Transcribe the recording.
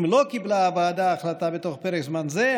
אם לא קיבלה הוועדה החלטה בתוך פרק זמן זה,